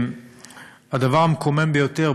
הדבר המקומם ביותר,